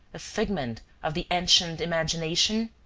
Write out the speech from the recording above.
a figment of the ancient imagination?